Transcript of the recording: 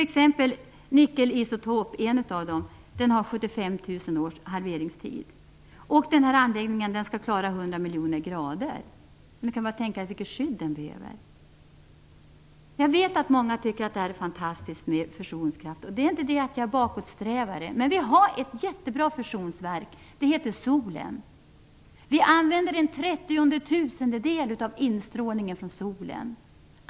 Exempelvis nickelisotop, som är en av dessa, har 75 000 års halveringstid. Denna anläggning skall klara 100 miljoner grader. Ni kan bara tänka er vilket skydd den behöver. Jag vet att många tycker att detta med fusionskraft är fantastiskt. Det handlar inte om att jag är bakåtsträvande. Men vi har ett jättebra fusionsverk, nämligen solen. Vi använder en trettionde tusendel av instrålningen från solen.